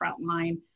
frontline